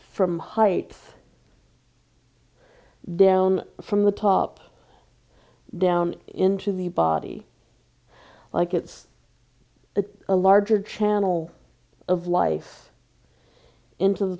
from heights down from the top down into the body like it's a larger channel of life into the